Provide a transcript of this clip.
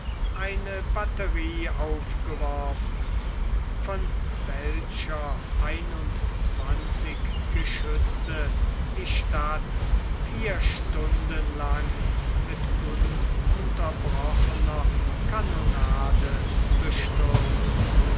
eine batterie aufgeworfen von welcher einundzwanzig geschütze die stadt vier stunden lang mit ununterbrochener kanonade bestürmen